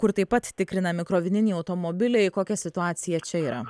kur taip pat tikrinami krovininiai automobiliai kokia situacija čia yra